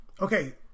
okay